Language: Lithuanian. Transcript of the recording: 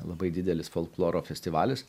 labai didelis folkloro festivalis